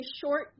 short